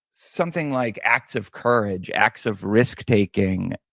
something like acts of courage, acts of risk-taking,